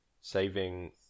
saving